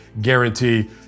guarantee